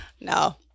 No